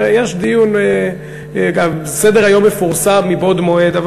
יש דיון וסדר-היום מתפרסם מבעוד מועד.